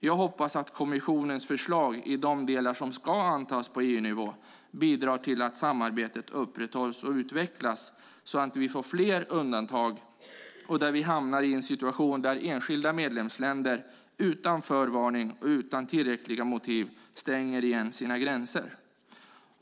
Jag hoppas att kommissionens förslag i de delar som ska antas på EU-nivå bidrar till att samarbetet upprätthålls och utvecklas, så att vi inte får fler undantag och inte hamnar i en situation där enskilda medlemsländer utan förvarning och utan tillräckliga motiv stänger sina gränser.